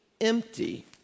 empty